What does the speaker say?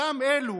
אותם אלו